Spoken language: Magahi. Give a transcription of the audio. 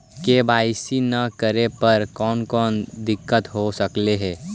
के.वाई.सी न करे पर कौन कौन दिक्कत हो सकले हे?